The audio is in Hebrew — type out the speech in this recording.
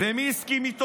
ומי הסכים איתו?